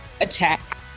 attack